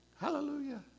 Hallelujah